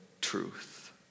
truth